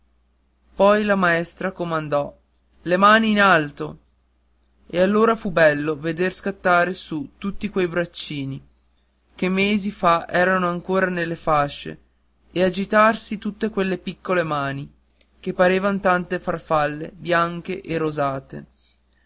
poi la maestra comandò le mani in alto e allora fu bello vedere scattar su tutti quei braccini che mesi fa erano ancor nelle fascie e agitarsi tutte quelle mani piccole che parevan tante farfalle bianche e rosate